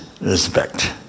respect